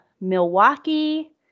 Milwaukee